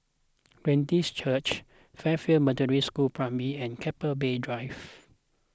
Glad Tidings Church Fairfield Methodist School Primary and Keppel Bay Drive